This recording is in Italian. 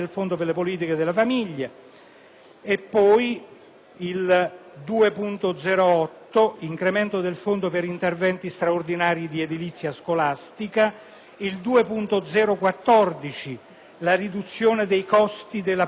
all'incremento del Fondo per interventi straordinari di edilizia scolastica. In tema di riduzione dei costi della politica,